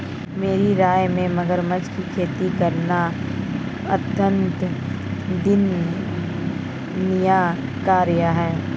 मेरी राय में मगरमच्छ की खेती करना अत्यंत निंदनीय कार्य है